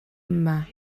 yma